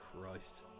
Christ